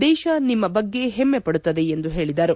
ದೇಶ ನಿಮ್ನ ಬಗ್ಗೆ ಹೆಮ್ನೆ ಪಡುತ್ತದೆ ಎಂದು ಹೇಳಿದರು